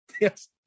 Yes